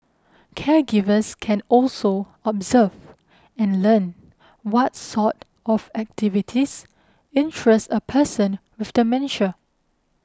caregivers can also observe and learn what's sort of activities interest a person with dementia